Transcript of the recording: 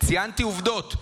ציינתי עובדות.